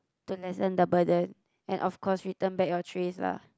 to lessen the burden and of course return back your tray lah